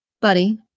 Buddy